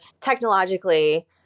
technologically